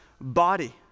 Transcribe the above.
body